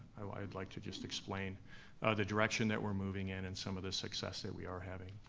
i'd like to just explain the direction that we're moving in and some of the success that we are having.